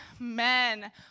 Amen